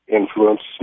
influence